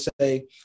say